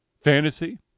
Fantasy